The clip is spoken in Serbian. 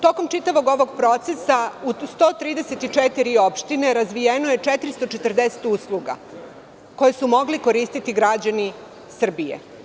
Tokom čitavog ovog procesa u 134 opštine razvijeno je 440 usluga koje su mogle koristiti građani Srbije.